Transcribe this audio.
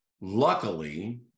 luckily